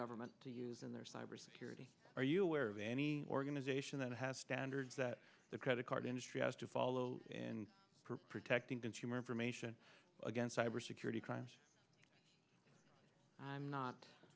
government to use in their cybersecurity are you aware of any organization that has standards that the credit card industry has to follow and for protecting consumer information against cybersecurity crimes i'm not